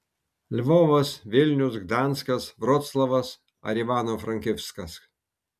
lvovas vilnius gdanskas vroclavas ar ivano frankivskas